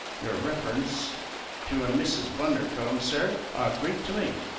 your references to a mrs. bundercombe, sir, are greek to me.